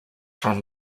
from